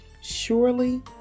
Surely